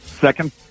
Second